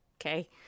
Okay